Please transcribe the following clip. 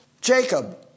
Jacob